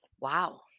wow